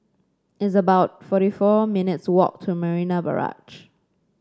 it's about forty four minutes' walk to Marina Barrage